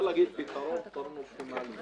תגידו להם בדואר שאנחנו מחכים.